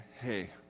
Hey